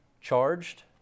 charged